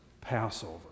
Passover